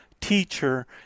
teacher